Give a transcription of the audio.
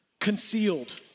concealed